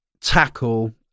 tackle